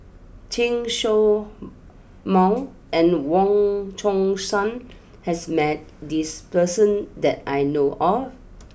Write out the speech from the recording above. Chen show Mao and Wong Chong Sai has met this person that I know of